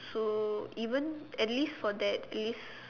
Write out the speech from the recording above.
so even at least for that least